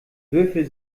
würfel